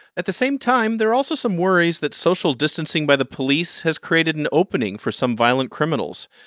at the same time, there are also some worries that social distancing by the police has created an opening for some violent criminals.